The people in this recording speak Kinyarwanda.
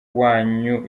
wanyu